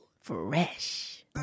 Fresh